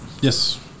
yes